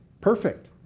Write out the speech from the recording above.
perfect